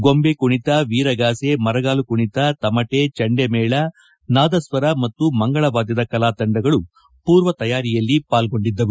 ಗೊಂಬೆ ಕುಣಿತ ವೀರಗಾಸೆ ಮರಗಾಲು ಕುಣಿತ ತಮಟೆ ಚಂಡಮೇಳ ನಾದಸ್ವರ ಮತ್ತು ಮಂಗಳವಾದ್ಯದ ಕಲಾತಂಡ ಪೂರ್ವ ತಯಾರಿಯಲ್ಲಿ ಪಾಲ್ಗೊಂಡಿದ್ದವು